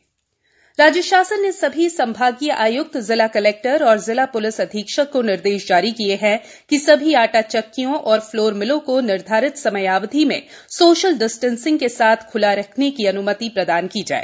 आदा चक्की राज्य शासन ने सभी संभागीय आय्क्त जिला कलेक्टर और जिला प्लिस अधीक्षक को निर्देश जारी किये हैं कि सभी आटा चक्कियों और फ्लोर मिलों को निर्धारित समयावधि में सोशल डिस्टेंसिंग के साथ ख्ला रखने की अन्मति प्रदान करें